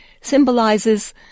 symbolizes